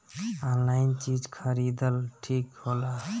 Online चीज खरीदल ठिक होला?